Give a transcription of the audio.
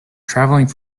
traveling